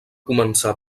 començar